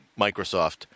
Microsoft